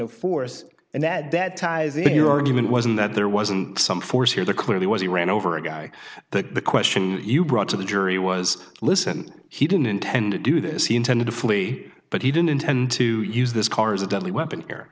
of force and that that ties in your argument wasn't that there wasn't some force here there clearly was he ran over a guy the question you brought to the jury was listen he didn't intend to do this he intended to flee but he didn't intend to use this car as a deadly weapon